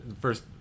first